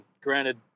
granted